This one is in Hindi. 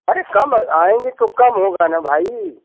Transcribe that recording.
अरे कम आएंगे तो कम होगा ना भाई